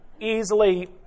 easily